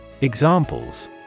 Examples